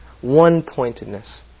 One-pointedness